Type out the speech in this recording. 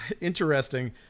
Interesting